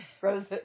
rose